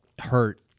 hurt